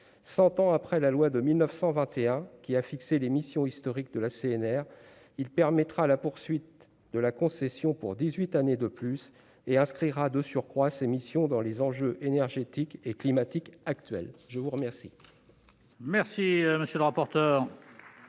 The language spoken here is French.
100 ans après la loi de 1921 qui a fixé les missions historiques de la CNR il permettra la poursuite de la concession pour 18 années de plus et inscrira de surcroît ses missions dans les enjeux énergétiques et climatiques actuelles, je vous remercie.